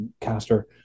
caster